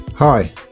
Hi